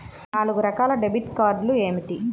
నాలుగు రకాల డెబిట్ కార్డులు ఏమిటి?